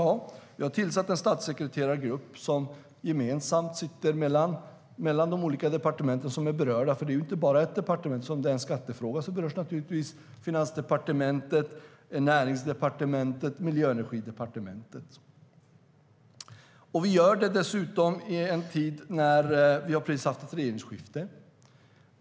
Vi har tillsatt en statssekreterargrupp som gemensamt sitter mellan de olika departementen som är berörda. Det är inte bara ett departement. Eftersom det är en skattefråga berörs Finansdepartementet, och dessutom berörs Näringsdepartementet och Miljö och energidepartementet. Vi gör det i en tid när vi precis har haft ett regeringsskifte.